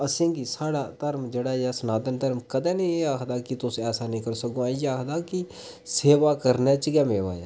असें गी साढ़ा धर्म जेह्ड़ा ऐ सनातन धर्म कदेें निं एह् आखदा कि तुस ऐसा निं करो सगुआं इ'यै आखदा कि सेवा करने च गै मेवा ऐ